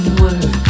word